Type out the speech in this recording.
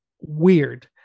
weird